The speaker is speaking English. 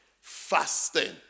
fasting